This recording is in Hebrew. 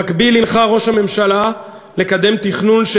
במקביל הנחה ראש הממשלה לקדם תכנון של